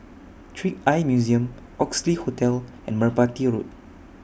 Trick Eye Museum Oxley Hotel and Merpati Road